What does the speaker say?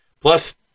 Plus